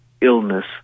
illness